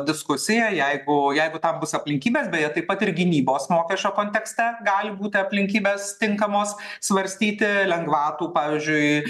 diskusija jeigu jeigu tam bus aplinkybės beje taip pat ir gynybos mokesčio kontekste gali būti aplinkybės tinkamos svarstyti lengvatų pavyzdžiui